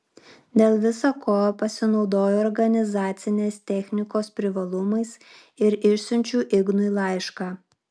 dėl visa ko pasinaudoju organizacinės technikos privalumais ir išsiunčiu ignui laišką